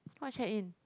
what check in